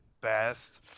best